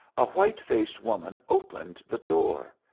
a white-faced woman opened the door.